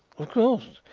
of course,